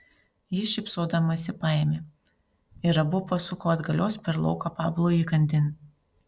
ji šypsodamasi paėmė ir abu pasuko atgalios per lauką pablui įkandin